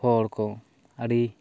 ᱦᱚᱲᱠᱚ ᱟᱹᱰᱤ